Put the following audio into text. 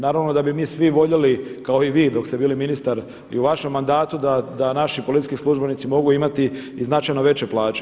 Naravno da bi mi svi voljeli kao i vi dok ste bili ministar i u vašem mandatu da naši policijski službenici mogu imati i značajno veće plaće.